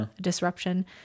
disruption